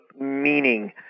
meaning